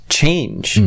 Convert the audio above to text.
change